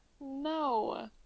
No